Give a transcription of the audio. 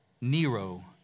Nero